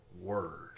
word